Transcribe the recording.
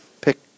Pick